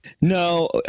No